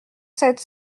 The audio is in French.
sept